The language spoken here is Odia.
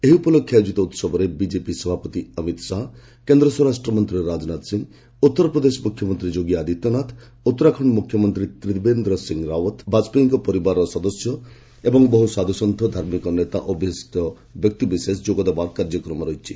ଏହି ଉପଲକ୍ଷେ ଆୟୋଜିତ ଉତ୍ସବରେ ବିଜେପି ସଭାପତି ଅମିତ ଶାହା କେନ୍ଦ୍ର ସ୍ୱରାଷ୍ଟ୍ର ମନ୍ତ୍ରୀ ରାଜନାଥ ସିଂ ଉତ୍ତରପ୍ରଦେଶ ମୁଖ୍ୟମନ୍ତ୍ରୀ ଯୋଗୀ ଆଦିତ୍ୟନାଥ ଉତ୍ତରାଖଣ୍ଡ ମୁଖ୍ୟମନ୍ତ୍ରୀ ତ୍ରିବେନ୍ଦ୍ର ସିଂ ରାଓ୍ୱତ ବାଜପେୟୀଙ୍କ ପରିବାର ସଦସ୍ୟ ଏବଂ ବହୁ ସାଧୁ ଧାର୍ମିକ ନେତା ଓ ବିଶିଷ୍ଟ ବ୍ୟକ୍ତିବିଶେଷ ଯୋଗଦେବାର କାର୍ଯ୍ୟକ୍ମ ରହିଛି